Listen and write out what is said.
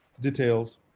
details